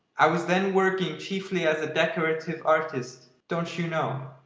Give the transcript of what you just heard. i was then working chiefly as decorative artist, don't you know.